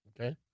Okay